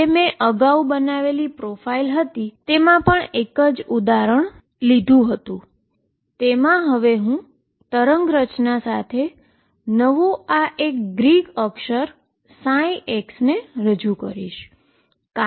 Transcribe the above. જે મેં અગાઉ બનાવેલી પ્રોફાઇલ બનાવેલી હતી તે જ એક ઉદાહરણ હોઈ શકે અને તેમાં હવે હું વેવ રચના સાથે નવો હું આ ગ્રીક સીમ્બોલ ψ ને રજૂ કરીશ